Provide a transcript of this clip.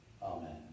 Amen